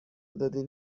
دادین